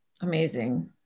amazing